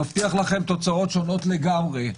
אני מבטיח לכם תוצאות שונות לגמרי,